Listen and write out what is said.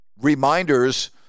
reminders